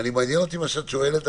מעניין אותי מה שאת שואלת,